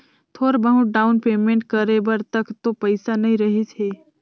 थोर बहुत down payment करे बर तक तो पइसा नइ रहीस हे